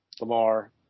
Lamar